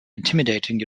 intimidating